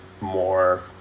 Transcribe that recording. more